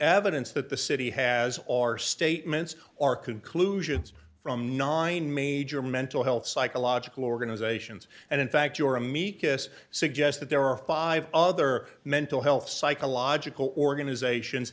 evidence that the city has are statements or conclusions from nine major mental health psychological organizations and in fact your amicus suggest that there are five other mental health psychological organizations